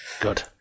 Good